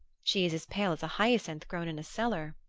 she is as pale as a hyacinth grown in a cellar.